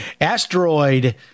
Asteroid